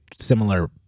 similar